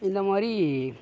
இந்த மாதிரி